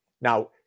Now